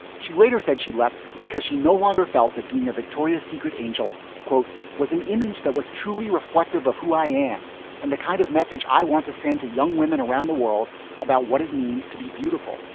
she later said she left because she no longer felt that being a victoria's secret angel quote was an image that was truly reflective of who i am and the kind of message i want to send to young women around the world about what it means to be beautiful